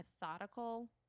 methodical